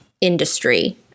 industry